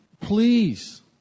please